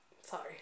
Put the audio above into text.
Sorry